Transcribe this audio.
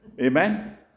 Amen